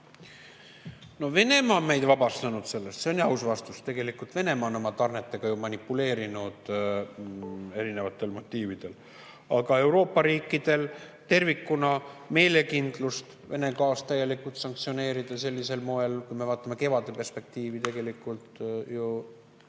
No Venemaa on meid vabastanud sellest. See on aus vastus. Venemaa on oma tarnetega manipuleerinud erinevatel motiividel. Aga Euroopa riikidel tervikuna meelekindlust Vene gaas täielikult sanktsioneerida sellisel moel, kui me vaatame kevade perspektiivi, tegelikult ju